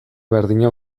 berdina